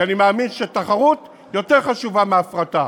אני מאמין שתחרות יותר חשובה מהפרטה.